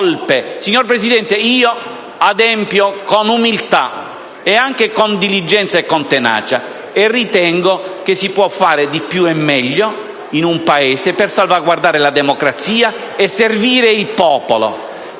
Signor Presidente, io adempio al mio dovere con umilta e anche con diligenza e tenacia e ritengo che si possa fare di piue meglio nel Paese per salvaguardare la democrazia e servire il popolo.